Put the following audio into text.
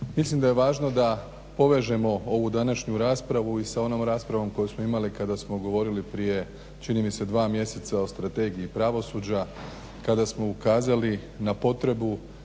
Mislim da je važno da povežemo ovu današnju raspravu i sa onom raspravom koju smo imali kada smo govorili prije čini mi se 2 mjeseca o strategiji pravosuđa, kada smo ukazali na potrebu